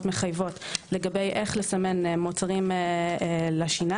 מחייבות לגבי איך לסמן מוצרים לשיניים,